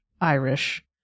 Irish